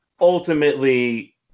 ultimately